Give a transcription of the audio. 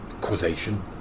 causation